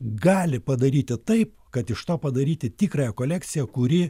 gali padaryti taip kad iš to padaryti tikrąją kolekciją kuri